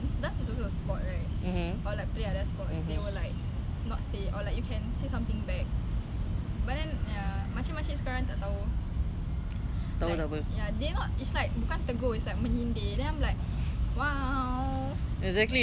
takpe takpe exactly now with my father lah my father cakap eh kau ni gemuk apa lah semua tu that time I blast out at him like this is my body I'm your daughter you don't have to body shame me